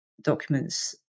documents